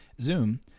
Zoom